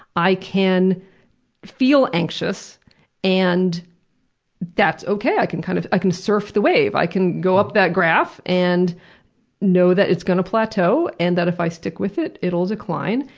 i can feel anxious and that's okay, i can kind of i can surf the wave. i can go up that graph and know that it's going to plateau, and that if i stick with it, it will decline.